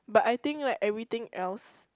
but I think like everything else